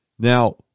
Now